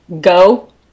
Go